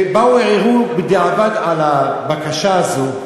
ובאו וערערו בדיעבד על הבקשה הזו,